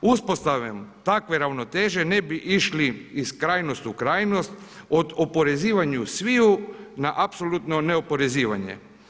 Uspostavom takve ravnoteže ne bi išli iz krajnosti u krajnost, od oporezivanju svih na apsolutno neoporezivanje.